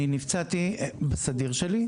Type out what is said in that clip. אני נפצעתי בסדיר שלי,